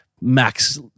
Max